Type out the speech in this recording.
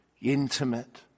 intimate